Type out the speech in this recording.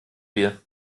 wir